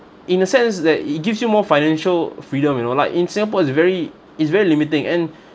in a sense that it gives you more financial freedom you know like in singapore is very is very limiting and